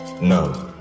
no